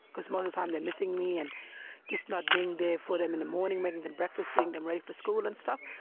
because most of the time they are missing me, and just not being there for them in the morning, making them breakfast, getting them ready for school and stuff.